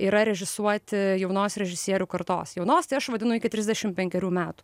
yra režisuoti jaunos režisierių kartos jaunos tai aš vadinu iki trisdešim penkerių metų